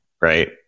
right